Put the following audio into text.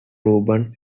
ruben